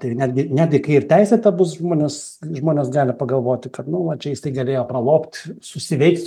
tai ir netgi netgi kai ir teisėta bus žmonės žmonės gali pagalvoti kad nu va čia jis tai galėjo pralobt susiveikt